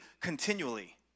continually